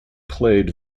played